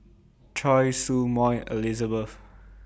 Choy Su Moi Elizabeth